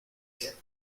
que